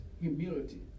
humility